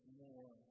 more